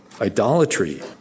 idolatry